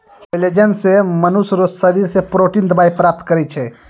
collagen से मनुष्य रो शरीर से प्रोटिन दवाई प्राप्त करै छै